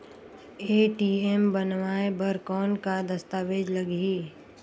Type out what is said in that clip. ATM बनवाय बर कौन का दस्तावेज लगही?